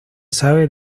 sabe